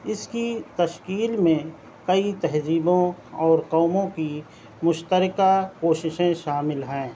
اس کی تشکیل میں کئی تہذیبوں اور قوموں کی مشترکہ کوششیں شامل ہیں